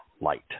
light